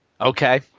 Okay